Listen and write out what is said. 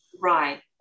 Right